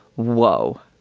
whoa,